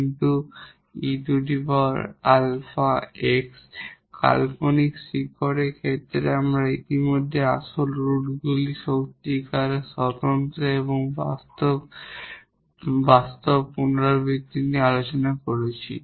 কাল্পনিক রুটের ক্ষেত্রে আমরা ইতিমধ্যেই আসল রুটগুলির রিয়েল ডিস্টিংক্ট এবং বাস্তব রিপিটেড নিয়ে আলোচনা করেছি